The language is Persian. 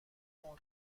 اون